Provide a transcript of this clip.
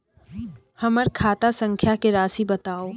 हमर खाता संख्या के राशि बताउ